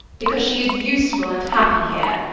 because she is useful and happy here,